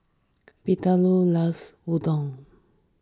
Bettylou loves Udon